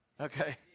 Okay